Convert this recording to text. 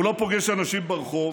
הוא לא פוגש אנשים ברחוב.